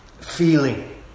feeling